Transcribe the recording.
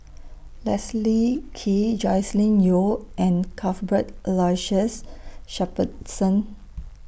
Leslie Kee Joscelin Yeo and Cuthbert Aloysius Shepherdson